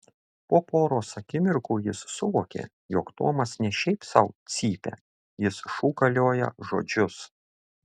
po poros akimirkų jis suvokė jog tomas ne šiaip sau cypia jis šūkalioja žodžius